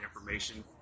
information